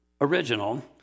original